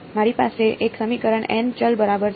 મારી પાસે એક સમીકરણ n ચલ બરાબર છે